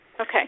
Okay